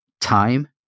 time